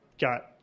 got